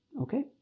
Okay